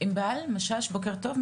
ענבל משש, בוקר טוב.